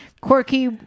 quirky